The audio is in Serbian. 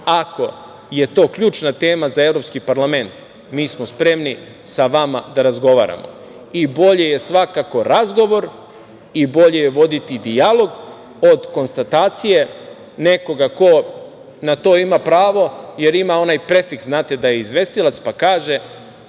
Ako je to ključna tema za Evropski parlament, mi smo spremni sa vama da razgovaramo. Bolje je svakako razgovor, bolje je voditi dijalog od konstatacije nekoga ko na to ima pravo, jer ima onaj prefiks, znate, da je izvestilac pa kaže